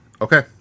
Okay